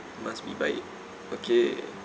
must be baik okay